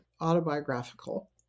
autobiographical